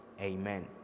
Amen